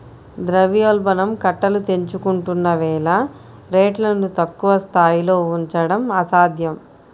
ద్రవ్యోల్బణం కట్టలు తెంచుకుంటున్న వేళ రేట్లను తక్కువ స్థాయిలో ఉంచడం అసాధ్యం